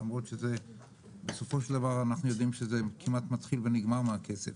למרות שבסופו של דבר אנחנו יודעים שזה כמעט מתחיל ונגמר בכסף.